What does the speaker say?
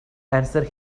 answer